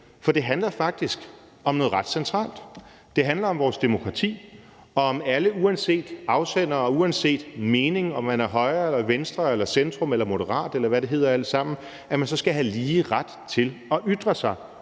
for det handler faktisk om noget ret centralt. Det handler om vores demokrati og om, at alle, uanset afsendere og uanset mening – om man er højre eller venstre eller moderat, eller hvad det alt sammen hedder – skal have lige ret til at ytre sig